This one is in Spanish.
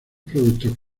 productos